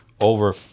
over